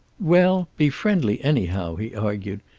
well, be friendly, anyhow, he argued.